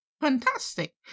fantastic